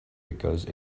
because